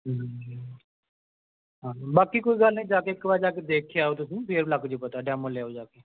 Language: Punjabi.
ਹਮ ਹਾਂ ਬਾਕੀ ਕੋਈ ਗੱਲ ਨਹੀਂ ਜਾ ਕੇ ਇੱਕ ਵਾਰ ਜਾ ਕੇ ਦੇਖ ਕੇ ਆਓ ਤੁਸੀਂ ਫਿਰ ਲੱਗ ਜੂ ਪਤਾ ਡੈਮੋ ਲੈ ਆਓ ਜਾ ਕੇ